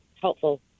helpful